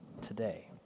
today